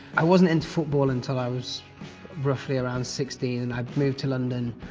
i wasn't into football until i was roughly around sixteen, and i'd moved to london,